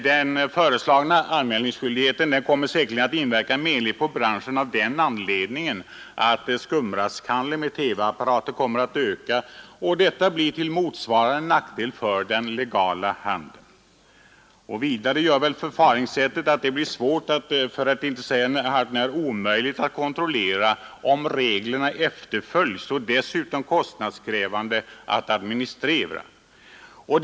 Den föreslagna anmälningsskyldigheten kommer säkerligen att inverka menligt på branschen av den anledning att skumraskhandeln med apparater kommer att öka, till nackdel för den legala handeln. Vidare gör detta förfaringssätt att det blir svårt för att inte säga hart när omöjligt att kontrollera om reglerna efterföljs. Dessutom är det kostnadskrävande att administrera det hela.